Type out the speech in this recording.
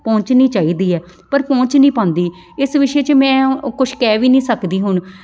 ਪਹੁੰਚਣੀ ਚਾਹੀਦੀ ਹੈ ਪਰ ਪਹੁੰਚ ਨਹੀਂ ਪਾਉਂਦੀ ਇਸ ਵਿਸ਼ੇ 'ਚ ਮੈਂ ਕੁਛ ਕਹਿ ਵੀ ਨਹੀਂ ਸਕਦੀ ਹੁਣ